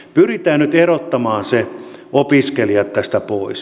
pyritään nyt erottamaan opiskelijat tästä pois